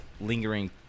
lingering